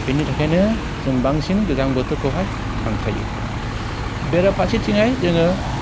बेनि थाखायनो जों बांसिन गोजां बोथोरखौहाय हांख्रायो बेराफारसेथिंहाय जोङो